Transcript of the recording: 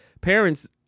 parents